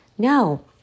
No